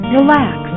Relax